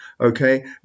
okay